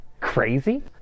crazy